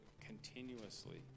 continuously